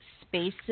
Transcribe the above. spaces